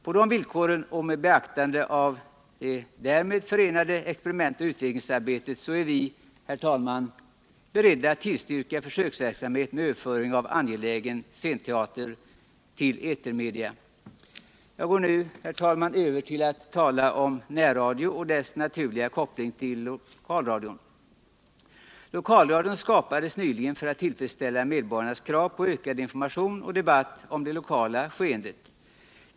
På dessa villkor och med beaktande av det därmed förenade experimentoch utvecklingsarbetet är vi, herr talman, beredda att tillstyrka försöksverksamhet med överföring av angelägna scenteaterutbud till etermedia. Jag går nu, herr talman, över till att tala om närradion och dess naturliga koppling till lokalradion. Lokalradion skapades nyligen för att tillfredsställa medborgarnas krav på ökad information och debatt om det lokala skeendet.